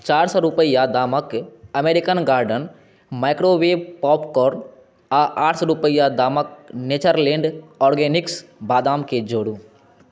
चारि सए रूपैआ दामक अमेरिकन गार्डन माइक्रोवेव पॉपकॉर्न आ आठ सए रूपैआ दामक नेचरलैंड ऑर्गेनिक्स बादामकेँ जोड़ू